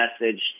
message